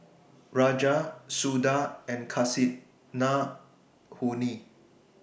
Raja Suda and Kasinadhuni